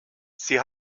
sie